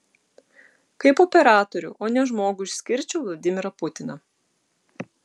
kaip operatorių o ne žmogų išskirčiau vladimirą putiną